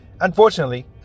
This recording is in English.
unfortunately